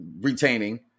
retaining